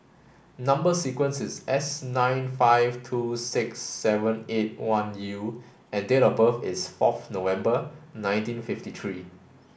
number sequence is S nine five two six seven eight one U and date of birth is fourth November nineteen fifty three